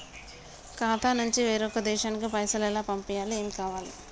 ఖాతా నుంచి వేరొక దేశానికి పైసలు ఎలా పంపియ్యాలి? ఏమేం కావాలి?